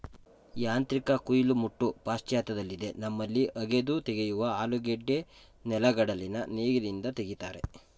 ಯಾಂತ್ರಿಕ ಕುಯಿಲು ಮುಟ್ಟು ಪಾಶ್ಚಾತ್ಯದಲ್ಲಿದೆ ನಮ್ಮಲ್ಲಿ ಅಗೆದು ತೆಗೆಯುವ ಆಲೂಗೆಡ್ಡೆ ನೆಲೆಗಡಲೆನ ನೇಗಿಲಿಂದ ಅಗಿತಾರೆ